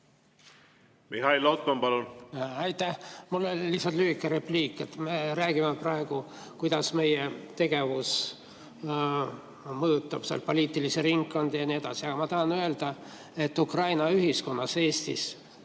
Mihhail Lotman, palun! Aitäh! Mul on lihtsalt lühike repliik. Me räägime praegu, kuidas meie tegevus mõjutab poliitilisi ringkondi ja nii edasi, aga ma tahan öelda, et ukraina [kogu]konnas Eestis